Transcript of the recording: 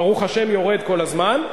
ברוך השם זה יורד כל הזמן.